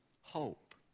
hope